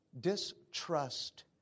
distrust